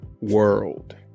world